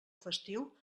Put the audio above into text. festiu